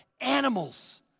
Animals